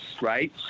right